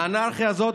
והאנרכיה הזאת,